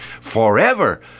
forever